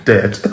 Dead